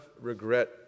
regret